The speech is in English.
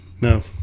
no